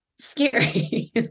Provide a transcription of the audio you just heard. Scary